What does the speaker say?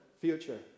future